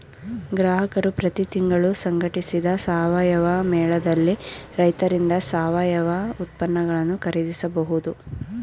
ಗ್ರಾಹಕರು ಪ್ರತಿ ತಿಂಗಳು ಸಂಘಟಿಸಿದ ಸಾವಯವ ಮೇಳದಲ್ಲಿ ರೈತರಿಂದ ಸಾವಯವ ಉತ್ಪನ್ನಗಳನ್ನು ಖರೀದಿಸಬಹುದು